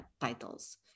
titles